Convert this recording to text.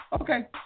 Okay